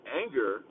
anger